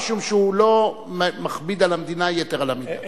משום שהוא לא מכביד על המדינה יתר על המידה.